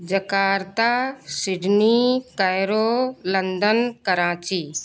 Jakarta Sydney Cairo London Karachi